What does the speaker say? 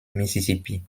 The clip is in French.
mississippi